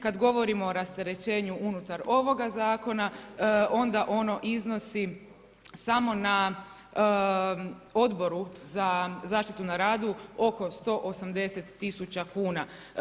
Kad govorimo o rasterećenju unutar ovoga zakona onda oni iznosi samo na Odboru za zaštitu na radu oko 180 000 kuna.